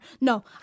No